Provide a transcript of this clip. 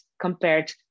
compared